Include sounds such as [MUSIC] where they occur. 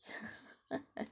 [BREATH] [LAUGHS]